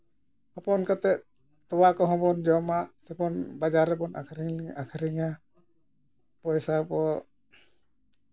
ᱦᱚᱯᱚᱱ ᱠᱟᱛᱮᱫ ᱛᱚᱣᱟ ᱠᱚᱦᱚᱸ ᱵᱚᱱ ᱡᱚᱢᱟ ᱥᱮᱵᱚᱱ ᱵᱟᱡᱟᱨ ᱨᱮᱵᱚᱱ ᱟᱹᱠᱷᱨᱤᱧᱟ ᱯᱚᱭᱥᱟ ᱵᱚ